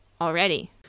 already